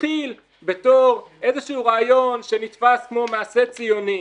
התחיל בתור איזה שהוא רעיון שנתפס כמו מעשה ציוני,